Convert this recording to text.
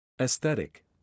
Aesthetic